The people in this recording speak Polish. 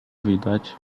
widać